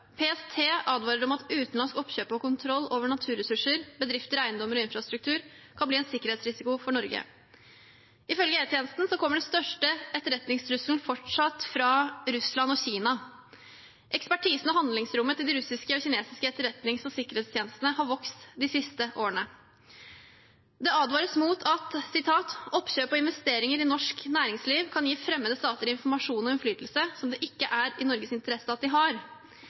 PST advarer om at utenlandsk oppkjøp og kontroll over naturressurser, bedrifter, eiendommer og infrastruktur kan bli en sikkerhetsrisiko for Norge. Ifølge E-tjenesten kommer den største etterretningstrusselen fortsatt fra Russland og Kina. Ekspertisen og handlingsrommet til de russiske og kinesiske etterretnings- og sikkerhetstjenestene har vokst de siste årene. Det advares mot at «oppkjøp og investeringer i norsk næringsliv kan gi fremmede stater informasjon og innflytelse som det ikke er i Norges interesse at de har.